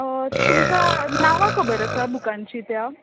तुमकां नावां खबर आसा बुकांची त्या